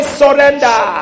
surrender